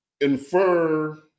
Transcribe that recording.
infer